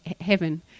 heaven